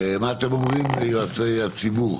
מה אומרים יועצי הציבור?